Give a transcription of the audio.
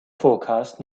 forecast